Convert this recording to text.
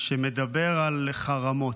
שמדבר על חרמות.